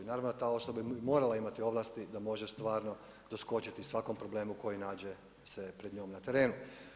Naravno da ta osoba bi morala imati ovlasti da može stvarno doskočiti svakom problemu koji nađe se pred njom na terenu.